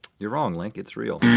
you're wrong, link, it's real.